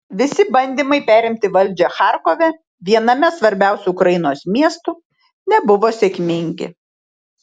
visi bandymai perimti valdžią charkove viename svarbiausių ukrainos miestų nebuvo sėkmingi